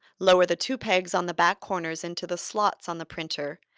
lower the two pegs on the back corners into the slots on the printer,